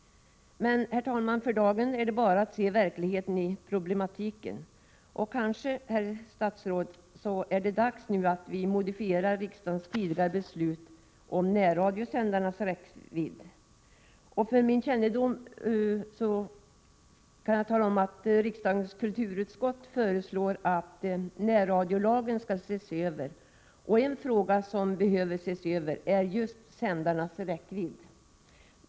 Herr talman! För dagen har vi bara att konstatera den problematik som föreligger. Kanske, herr statsråd, är det nu dags att vi modifierar riksdagens tidigare beslut om närradiosändarnas räckvidd. För kännedom kan jag tala om att riksdagens kulturutskott föreslår att närradiolagen skall ses över. En fråga som behöver ses över är just sändarnas räckvidd.